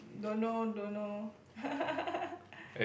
don't know don't know